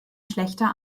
schlechter